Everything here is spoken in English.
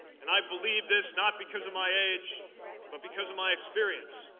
and i believe this not because of my age but because of my experience.